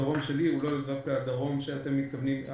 הדרום שלי הוא לא דווקא הדרום שאתם מתכוונים אליו.